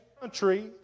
country